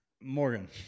Morgan